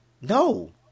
No